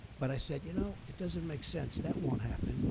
but i said, you know, it doesn't make sense, that won't happen.